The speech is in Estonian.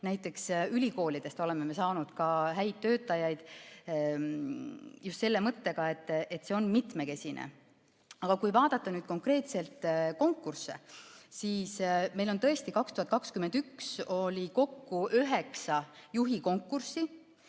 Näiteks ülikoolidest oleme saanud häid töötajaid just selle mõttega, et see on mitmekesine. Aga kui vaadata nüüd konkreetseid konkursse, siis meil tõesti 2021 oli kokku üheksa juhikonkurssi